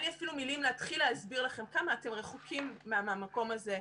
לי אפילו מילים להתחיל להסביר לכם כמה אתם רחוקים מהמקום הזה.